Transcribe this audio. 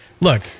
look